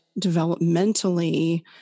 developmentally